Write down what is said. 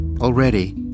Already